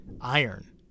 iron